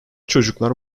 çocuklar